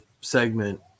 segment